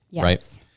right